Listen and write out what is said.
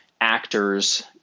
actors